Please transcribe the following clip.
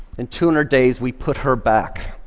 in two hundred days, we put her back.